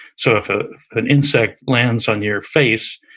so if an insect lands on your face,